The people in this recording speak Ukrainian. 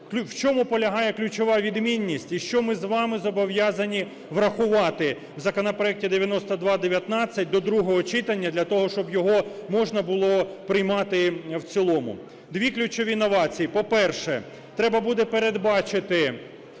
В чому полягає ключова відмінність і що ми з вами зобов'язані врахувати у законопроекті 9219 до другого читання для того, щоб його можна було приймати в цілому. Дві ключові новації. По-перше, треба буде передбачити